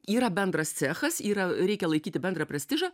yra bendras cechas yra reikia laikyti bendrą prestižą